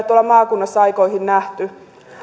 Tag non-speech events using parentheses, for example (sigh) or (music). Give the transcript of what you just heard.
(unintelligible) tuolla maakunnissa aikoihin nähty